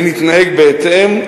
ונתנהג בהתאם,